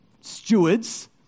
stewards